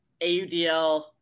AUDL